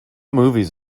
movies